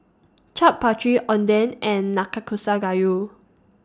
Chaat Papri Oden and Nakakusa Gayu